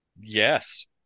Yes